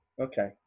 Okay